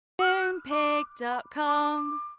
Moonpig.com